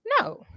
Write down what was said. No